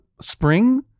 spring